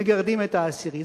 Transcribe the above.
מגרדים את העשירי.